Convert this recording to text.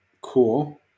Cool